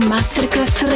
Masterclass